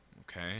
Okay